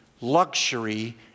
luxury